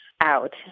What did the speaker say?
out